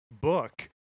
book